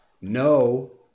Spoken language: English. no